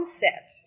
set